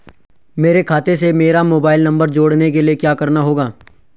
मेरे खाते से मेरा मोबाइल नम्बर जोड़ने के लिये क्या करना होगा?